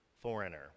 Foreigner